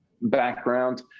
background